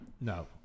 No